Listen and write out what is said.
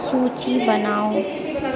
सूची बनाउ